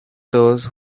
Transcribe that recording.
those